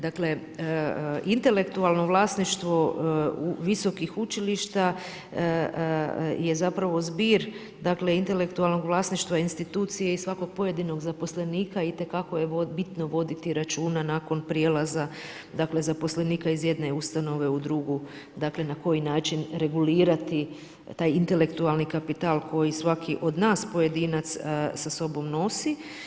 Dakle intelektualno vlasništvo visokih učilišta je zapravo zbir intelektualnog vlasništva institucije i svakog pojedinog zaposlenika itekako je bitno voditi računa nakon prijelaza zaposlenika iz jedne ustanove u drugu na koji način regulirati taj intelektualni kapital koji svaki od nas pojedinac sa sobom nosi.